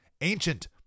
ancient